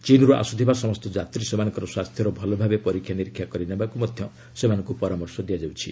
ଚୀନ୍ରୁ ଆସୁଥିବା ସମସ୍ତ ଯାତ୍ରୀ ସେମାନଙ୍କର ସ୍ୱାସ୍ଥ୍ୟର ଭଲଭାବେ ପରୀକ୍ଷା କରିନେବାକୁ ମଧ୍ୟ ସେମାନଙ୍କୁ ପରାମର୍ଶ ଦିଆଯାଉଛି